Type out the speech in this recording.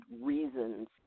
reasons